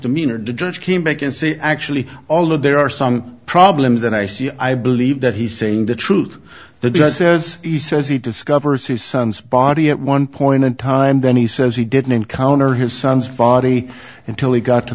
demeanor the judge came back and say actually all of there are some problems that i see i believe that he's saying the truth the judge says he says he discovers his son's body at one point in time then he says he didn't encounter his son's body until he got to